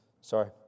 Sorry